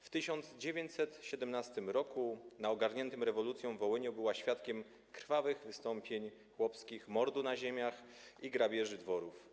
W 1917 r. na ogarniętym rewolucją Wołyniu była świadkiem krwawych wystąpień chłopskich, mordów na ziemiach i grabieży dworów.